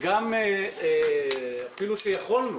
--- ואז הולכים לוועדה עם ההמלצה.